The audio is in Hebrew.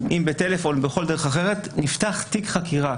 אם בטלפון או בכל דרך אחרת, נפתח תיק חקירה.